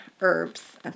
herbs